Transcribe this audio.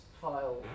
file